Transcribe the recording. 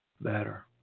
better